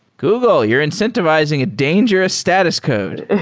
google. you're incentivizing a dangerous status code